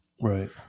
right